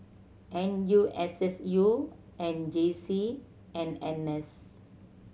N U S S U J C and N S